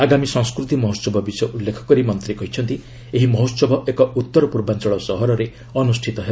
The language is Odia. ଆଗାମୀ ସଂସ୍କୃତି ମହୋତ୍ସବ ବିଷୟ ଉଲ୍ଲ୍ରେଖ କରି ମନ୍ତ୍ରୀ କହିଛନ୍ତି ଏହି ମହୋସବ ଏକ ଉତ୍ତର ପୂର୍ବାଞ୍ଚଳ ସହରରେ ଅନୁଷ୍ଠିତ ହେବ